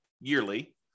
yearly